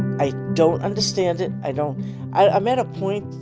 i don't understand it. i don't i'm at a point,